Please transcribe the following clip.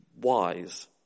wise